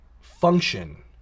function